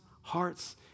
hearts